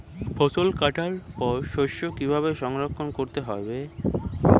ফসল কাটার পর শস্য কীভাবে সংরক্ষণ করতে হবে?